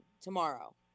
tomorrow